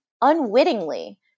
unwittingly